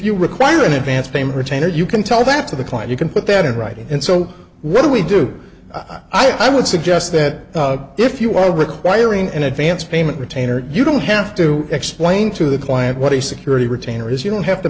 you require an advance payment retainer you can tell that to the client you can put that in writing and so what do we do i would suggest that if you are requiring an advance payment retainer you don't have to explain to the client what a security retainer is you don't have to